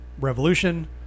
revolution